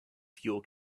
fuel